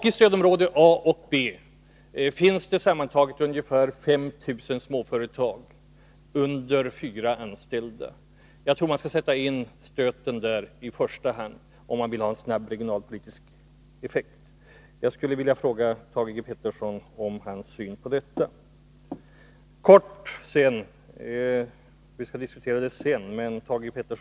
I stödområde A och B finns det sammantaget ungefär 5 000 småföretag med mindre än fyra anställda. Jag tror att man skall sätta in stöten där i första hand, om man vill ha en snabb regionalpolitisk effekt. Jag skulle vilja veta hur Thage Peterson ser på detta. Thage Peterson sade att han har effektiviserat myndigheterna.